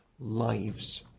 lives